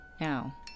now